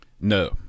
No